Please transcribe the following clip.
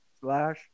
slash